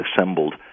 assembled